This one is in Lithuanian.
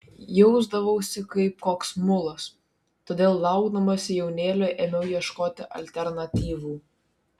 jausdavausi kaip koks mulas todėl laukdamasi jaunėlio ėmiau ieškoti alternatyvų